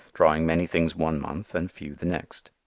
drawing many things one month and few the next.